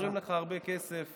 שומרים לך הרבה כסף.